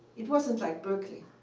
it wasn't like berkeley,